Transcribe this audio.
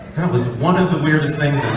was one of the weirdest thing